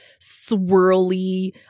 swirly